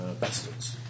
Bastards